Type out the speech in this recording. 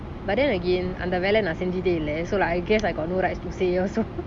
but then again அந்த வெல்ல நான் செஞ்சதே இல்ல:antha vella naan senjathey illa so like I guess I got no rights to say also